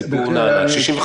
הדבר הזה, מה הוא אומר 67?